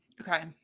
okay